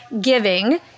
giving